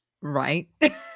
right